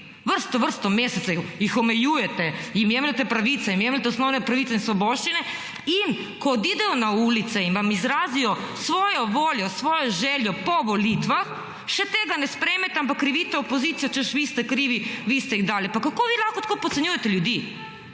Vrsto vrsto mesecev jih omejujete, jim jemljete pravice, jim jemljete osnovne pravice in svoboščine, in ko odidejo na ulice in vam izrazijo svojo voljo, svojo željo po volitvah, še tega ne sprejmete, ampak krivite opozicijo češ, vi ste krivi, vi ste jih dali. 49. TRAK: (NM) – 18.20